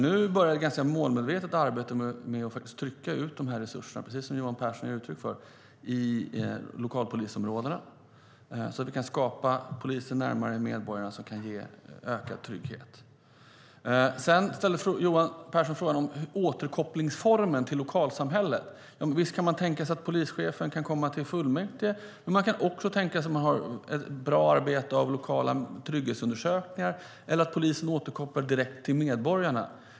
Nu börjar ett ganska målmedvetet arbete med att trycka ut de här resurserna, precis som Johan Pehrson ger uttryck för, i lokalpolisområdena så att vi kan få poliser närmare medborgarna som kan ge ökad trygghet. Johan Pehrson ställde även frågan om återkopplingsformen till lokalsamhället. Visst kan man tänka sig att polischefen kan komma till kommunfullmäktige, och man kan också tänka sig att man har ett bra arbete med lokala trygghetsundersökningar eller att polisen återkopplar direkt till medborgarna.